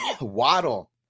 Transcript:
Waddle